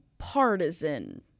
partisan